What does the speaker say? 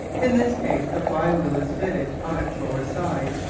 in this case the fly-wheel is fitted, on its lower side,